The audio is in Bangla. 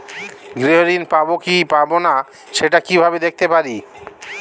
গৃহ ঋণ পাবো কি পাবো না সেটা কিভাবে দেখতে পারি?